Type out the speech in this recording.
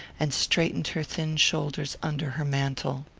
and straightened her thin shoulders under her mantle.